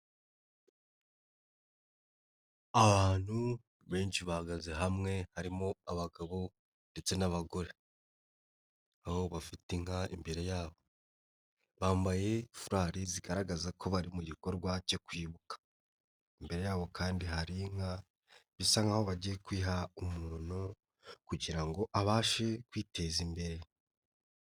Abantu benshi bahagaze hamwe harimo abagabo ndetse n'abagore, aho bafite inka imbere yabo, bambaye furari zigaragaza ko bari mu gikorwa cyo kwibuka, imbere yabo kandi hari inka bisa nk'aho bagiye kuyiha umuntu kugira ngo abashe kwiteza imbere.